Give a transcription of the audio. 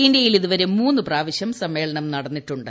ഇന്ത്യയിൽ ഇതുവരെ മൂന്നു പ്രാവശ്യം സമ്മേളനം നടന്നിട്ടുണ്ട്